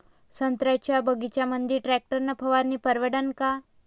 संत्र्याच्या बगीच्यामंदी टॅक्टर न फवारनी परवडन का?